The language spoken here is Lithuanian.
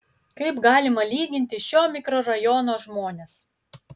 kaip galima lyginti šio mikrorajono žmones